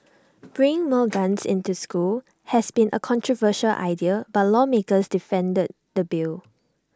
bring more guns into school has been A controversial idea but lawmakers defended the bill